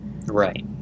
Right